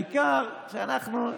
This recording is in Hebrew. העיקר שאנחנו,